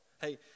Hey